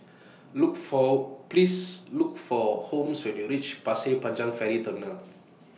Look For Please Look For Holmes when YOU REACH Pasir Panjang Ferry Terminal